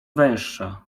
węższa